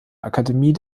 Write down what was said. akademie